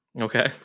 okay